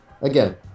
Again